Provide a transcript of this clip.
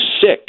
sick